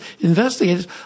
investigators